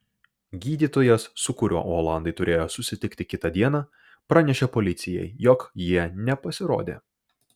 gydytojas su kuriuo olandai turėjo susitikti kitą dieną pranešė policijai jog jie nepasirodė